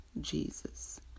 Jesus